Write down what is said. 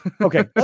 Okay